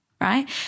right